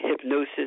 hypnosis